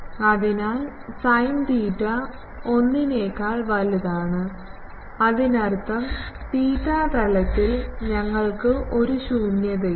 അതിനാൽ sine theta 1 നെക്കാൾ വലുതാണ് അതിനർത്ഥം തീറ്റ തലത്തിൽ ഞങ്ങൾക്ക് ഒരു ശൂന്യതയില്ല